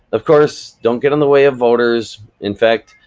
of course, don't get in the way of voters. in fact,